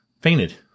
fainted